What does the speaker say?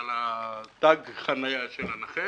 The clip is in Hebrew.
תג החניה של הנכה